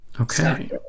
Okay